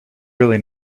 really